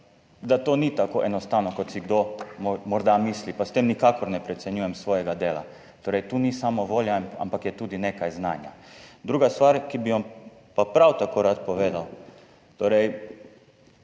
da to ni tako enostavno, kot si morda kdo misli, pa s tem nikakor ne precenjujem svojega dela. Torej, tu ni samo volja, ampak je tudi nekaj znanja. Druga stvar, ki bi jo pa prav tako rad povedal, po tem,